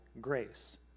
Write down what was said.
grace